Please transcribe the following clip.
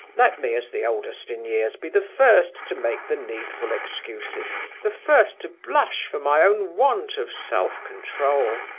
let me, as the oldest in years, be the first to make the needful excuses, the first to blush for my own want of self-control.